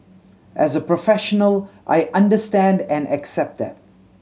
as a professional I understand and accept that